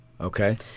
Okay